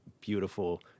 beautiful